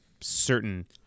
certain